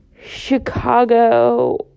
chicago